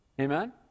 Amen